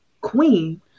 queen